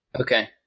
okay